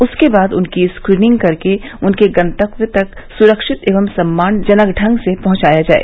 उसके बाद उनकी स्क्रीनिंग करके उनके गंतव्य तक सुरक्षित व सम्मानजनक ढंग से पहुंचाया जाए